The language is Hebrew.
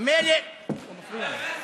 הוא מפריע לי.